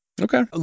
Okay